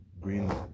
green